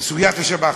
סוגיית השב"חים.